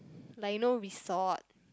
like you know resort